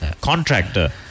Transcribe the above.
Contractor